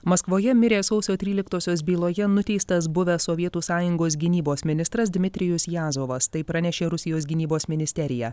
maskvoje mirė sausio tryliktosios byloje nuteistas buvęs sovietų sąjungos gynybos ministras dmitrijus jazovas tai pranešė rusijos gynybos ministerija